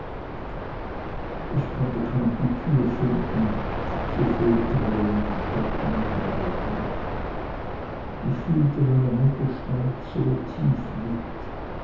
ich konnte kaum die türe finden so voll tränen standen meine augen ich fühlte meiner mutter schmerz so tief mit